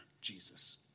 Jesus